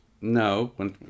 no